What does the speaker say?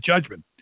judgment